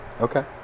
Okay